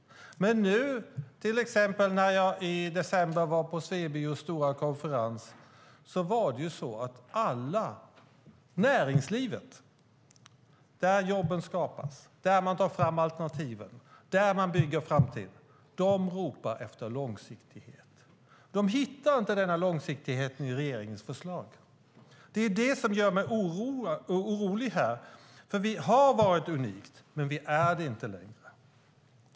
I december var jag på Svebios stora konferens. Näringslivet, där jobben skapas, där alternativen tas fram och där framtiden byggs, ropar efter långsiktighet. De hittar ingen sådan i regeringens förslag. Det gör mig orolig, för vi har varit unika men är det inte längre.